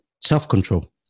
Self-control